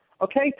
okay